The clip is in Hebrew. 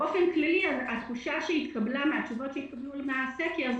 באופן כללי התחושה שהתקבלה מהתשובות שהתקבלו בסקר היא